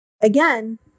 Again